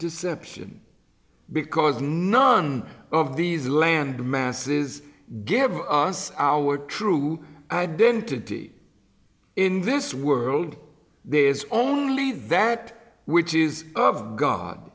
deception because none of these land masses give us our true identity in this world there is only that which is of god